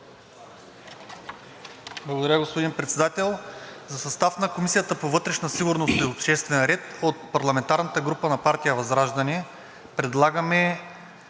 Благодаря, господин Председател. За състава на Комисията по вътрешна сигурност и обществен ред от парламентарната група на партия ВЪЗРАЖДАНЕ предлагаме